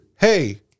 hey